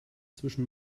zwischen